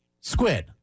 Squid